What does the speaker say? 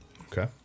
Okay